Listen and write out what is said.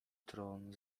tron